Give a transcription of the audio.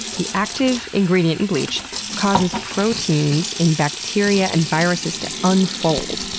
the active ingredient in bleach causes proteins in bacteria and viruses to unfold,